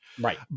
Right